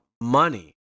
money